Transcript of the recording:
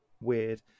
weird